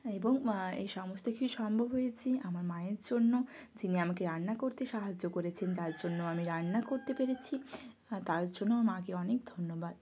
এবং এ সমস্ত কিছু সম্ভব হয়েছে আমার মায়ের জন্য যিনি আমাকে রান্না করতে সাহায্য করেছেন যার জন্য আমি রান্না করতে পেরেছি তাই জন্য মাকে অনেক ধন্যবাদ